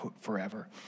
forever